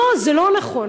לא, זה לא נכון.